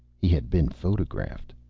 he had been photographed.